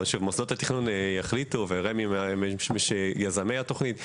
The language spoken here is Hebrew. מוסדות התכנון יחליטו ורמ"י יזמי התוכנית.